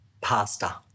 Pasta